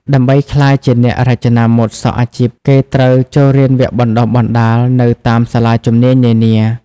ដើម្បីក្លាយជាអ្នករចនាម៉ូដសក់អាជីព គេត្រូវចូលរៀនវគ្គបណ្ដុះបណ្ដាលនៅតាមសាលាជំនាញនានា។